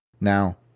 Now